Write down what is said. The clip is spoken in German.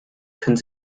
können